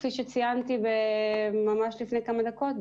כפי שציינתי לפני מספר דקות,